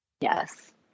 Yes